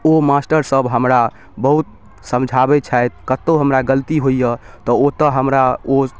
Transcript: ओ मास्टरसभ हमरा बहुत समझाबै छथि कतहु हमरा गलती होइए तऽ ओतऽ हमरा ओ